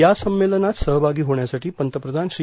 या सम्मेलनात सहभागी होण्यासाठी पंतप्रधान श्री